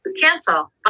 cancel